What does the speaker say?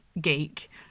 geek